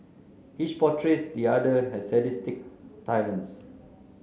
each portrays the other has sadistic tyrants